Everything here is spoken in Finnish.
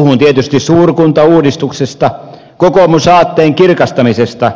puhun tietysti suurkuntauudistuksesta kokoomusaatteen kirkastamisesta